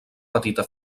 petita